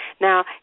Now